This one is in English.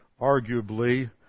arguably